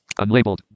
Unlabeled